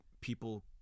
people